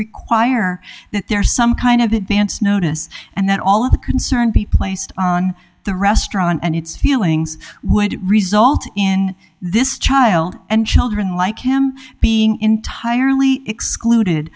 require that there some kind of advance notice and that all of the concern be placed on the restaurant and its feelings would result in this child and children like him being entirely excluded